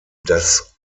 das